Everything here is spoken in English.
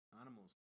animals